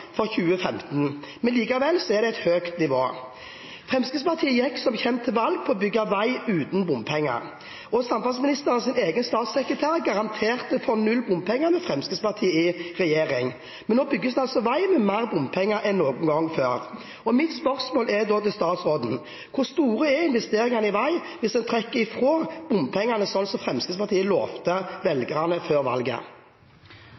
for 2015, men likevel er det et høyt nivå. Fremskrittspartiet gikk som kjent til valg på å bygge vei uten bompenger, og samferdselsministerens egen statssekretær garanterte for null bompenger med Fremskrittspartiet i regjering. Men nå bygges det altså vei med mer bompenger enn noen gang før. Mitt spørsmål til statsråden er da: Hvor store er investeringene i vei hvis en trekker fra bompengene, slik som Fremskrittspartiet lovte velgerne før valget?